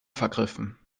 vergriffen